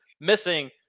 missing